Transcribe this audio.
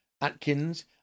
Atkins